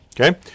okay